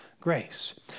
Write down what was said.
Grace